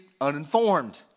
uninformed